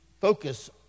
focus